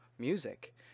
music